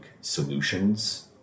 solutions